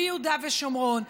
ביהודה ושומרון,